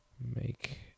Make